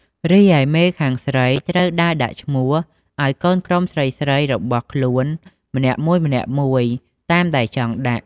រីឯមេខាងស្រីត្រូវដើរដាក់ឈ្មោះឲ្យកូនក្រុមស្រីៗរបស់ខ្លួនម្នាក់មួយៗតាមដែលចង់ដាក់។